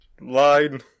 line